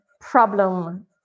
problem